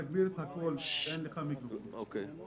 אף